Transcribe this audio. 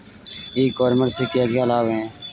ई commerce से क्या क्या लाभ हैं?